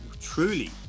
truly